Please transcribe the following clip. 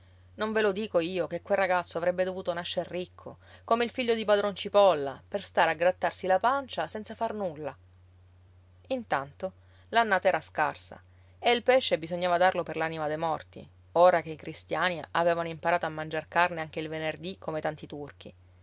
non ve lo dico io che quel ragazzo avrebbe dovuto nascer ricco come il figlio di padron cipolla per stare a grattarsi la pancia senza far nulla intanto l'annata era scarsa e il pesce bisognava darlo per l'anima dei morti ora che i cristiani avevano imparato a mangiar carne anche il venerdì come tanti turchi